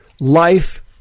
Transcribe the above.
life